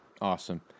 Awesome